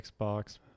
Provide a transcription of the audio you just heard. Xbox